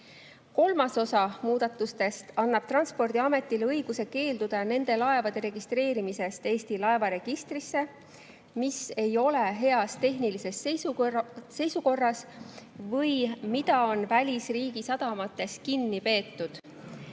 Kolmas osa muudatustest annab Transpordiametile õiguse keelduda Eesti laevaregistrisse registreerimast neid laevu, mis ei ole heas tehnilises seisukorras või mida on välisriigi sadamates kinni peetud.